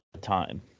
time